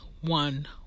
One